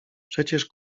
przecież